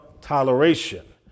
toleration